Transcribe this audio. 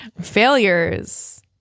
Failures